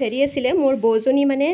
হেৰি আছিলে মোৰ বৌজনী মানে